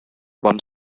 вам